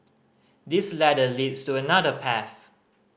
this ladder leads to another path